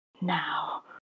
Now